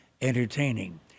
entertaining